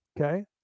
Okay